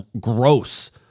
gross